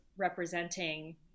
representing